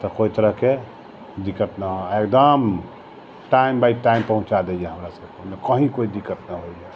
तऽ कोइ तरहके दिक्कत नहि है एकदम टाइम बाय टाइम पहुँचा दैए हमरा सबके ओइमे कहीं कोइ दिक्कत नहि होइए